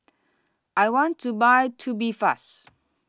I want to Buy Tubifast